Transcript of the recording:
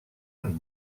amb